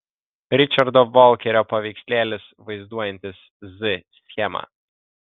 ričardo valkerio paveikslėlis vaizduojantis z schemą